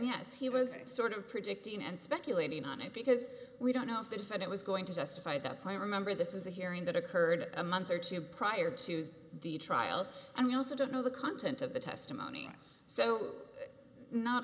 yes he was sort of predicting and speculating on it because we don't know if they said it was going to justify the play remember this was a hearing that occurred a month or two prior to the trial and we also don't know the content of the testimony so not